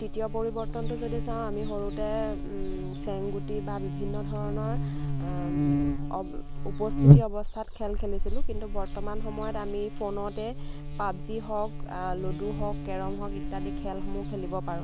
তৃতীয় পৰিৱৰ্তনটো যদি চাওঁ আমি সৰুতে চেংগুটি বা বিভিন্ন ধৰণৰ উপস্থিতি অৱস্থাত খেল খেলিছিলোঁ কিন্তু বৰ্তমান সময়ত আমি ফোনতে পাবজি হওক লুডু হওক কেৰম হওক ইত্যাদি খেলসমূহ খেলিব পাৰোঁ